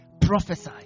prophesy